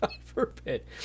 forbid